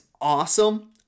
awesome